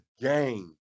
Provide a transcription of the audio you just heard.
game